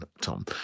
Tom